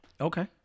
Okay